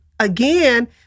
Again